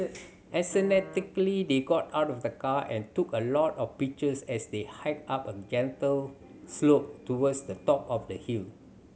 enthusiastically they got out of the car and took a lot of pictures as they hiked up a gentle slope towards the top of the hill